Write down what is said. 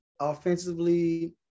Offensively